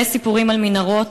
"מלא סיפורים על מנהרות,